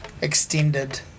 extended